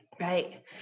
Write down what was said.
Right